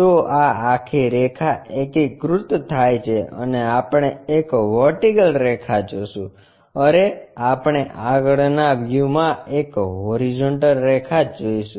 તો આ આખી રેખા એકીકૃત થાય છે અને આપણે એક વર્ટિકલ રેખા જોશું અરે આપણે આગળના વ્યૂમાં એક હોરીઝોન્ટલ રેખા જોઈશું